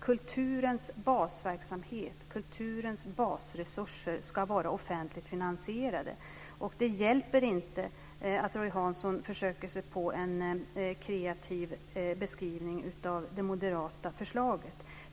Kulturens basverksamhet och kulturens basresurser ska vara offentligt finansierade. Det hjälper inte att Roy Hansson försöker sig på en kreativ beskrivning av det moderata förslaget.